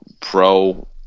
pro